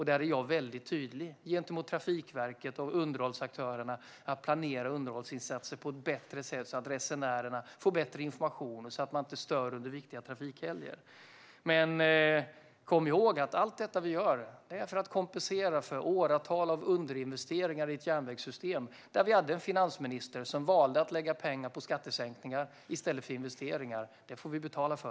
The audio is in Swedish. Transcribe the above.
Där är jag väldigt tydlig gentemot Trafikverket och underhållsaktörerna att de ska planera underhållsinsatser på ett bättre sätt så att resenärerna får bättre information och så att man inte stör under viktiga trafikhelger. Kom ihåg att allt det vi gör är för att kompensera för åratal av underinvesteringar i ett järnvägssystem. Vi hade en finansminister som valde att lägga pengar på skattesänkningar i stället för investeringar. Det får vi nu betala för.